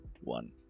one